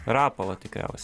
rapolo tikriausiai